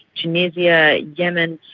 tunisia yemen,